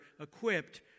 equipped